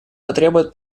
потребует